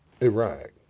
Iraq